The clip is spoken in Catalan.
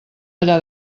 allà